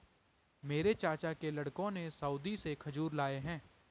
मेरे चाचा के लड़कों ने सऊदी से खजूर लाए हैं